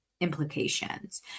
implications